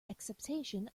acceptation